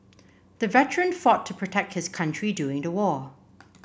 the veteran fought to protect his country during the war